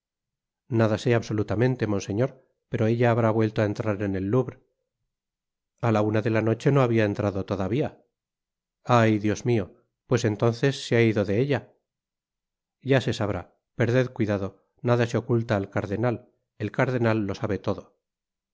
nada sé absolutamente monseñor pero ella habrá vuelto á entrar en el louvre a la una de la noche no habia entrado todavia ay dios mio pues entonces que ha sido de ella ya se sabrá perded cuidado nada se oculta al cardenal el cardenal lo sabe todo